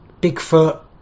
Bigfoot